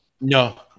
No